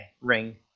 ring